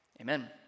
amen